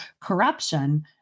corruption